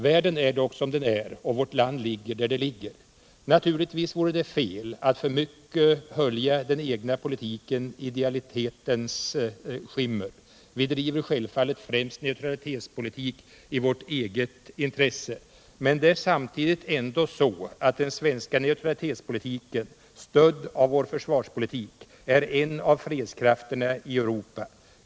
Världen är dock som den är och vårt land ligger där det ligger. Naturligtvis vore det fel att för mycket hölja den egna politiken i idealitetens skimmer — vi driver självfallet främst neutralitetspolitik i vårt eget intresse — men det är samtidigt ändå så, att den svenska neutralitetspolitiken, stödd av vår försvarspolitik, är en av fredskrafterna i Europa.